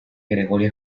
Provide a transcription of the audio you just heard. gregorio